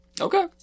Okay